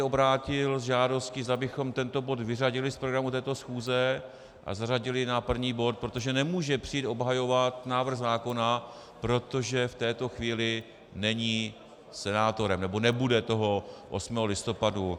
Obrátil se na mě s žádostí, zda bychom tento bod vyřadili z programu této schůze a zařadili na první bod, protože nemůže přijít obhajovat návrh zákona, protože v této chvíli není senátorem, nebo nebude 8. listopadu.